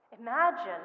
Imagine